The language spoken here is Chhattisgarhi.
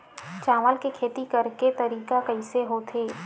चावल के खेती करेके तरीका कइसे होथे?